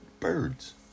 birds